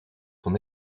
son